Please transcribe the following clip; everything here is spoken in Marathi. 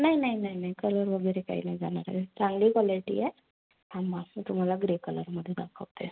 नाही नाही नाही नाही कलर वगैरे काही नाही जाणार कारण चांगली क्वालिटी आहे थांबा मी तुम्हाला ग्रे कलरमध्ये दाखवते